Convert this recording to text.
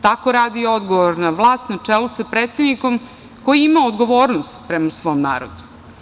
Tako radi odgovorna vlast na čelu sa predsednikom koji ima odgovornost prema svom narodu.